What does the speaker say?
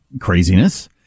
craziness